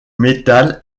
métal